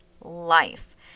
life